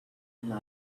under